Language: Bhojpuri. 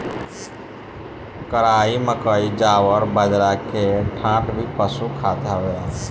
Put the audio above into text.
कराई, मकई, जवार, बजरा के डांठ भी पशु खात हवे